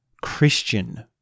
Christian